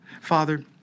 Father